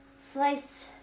slice